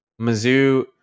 Mizzou